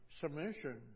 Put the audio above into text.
submission